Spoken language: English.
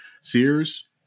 Sears